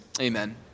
Amen